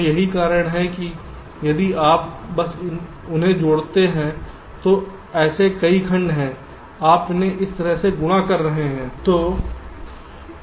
तो यही कारण है कि यदि आप बस उन्हें जोड़ते हैं तो ऐसे कई खंड हैं आप इसे इस से गुणा कर रहे हैं